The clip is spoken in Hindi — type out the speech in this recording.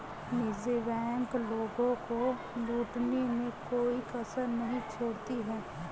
निजी बैंक लोगों को लूटने में कोई कसर नहीं छोड़ती है